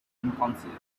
unconscious